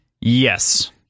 Yes